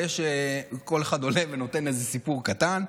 אבל כל אחד עולה ונותן איזה סיפור קטן.